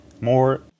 more